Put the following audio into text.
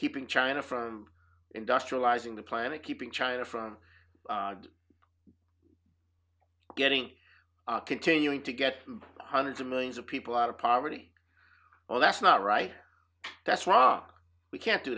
keeping china from industrializing the planet keeping china from getting continuing to get hundreds of millions of people out of poverty well that's not right that's rock we can't do